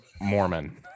Mormon